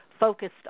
focused